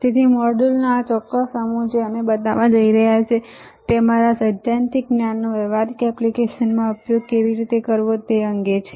તેથી મોડ્યુલોનો આ ચોક્કસ સમૂહ જે અમે તમને બતાવવા જઈ રહ્યા છીએ તે તમારા સૈદ્ધાંતિક જ્ઞાનનો વ્યવહારિક એપ્લિકેશનમાં ઉપયોગ કેવી રીતે કરવો તે અંગે છે